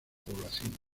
población